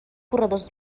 corredors